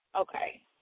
Okay